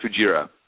Fujira